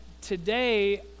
today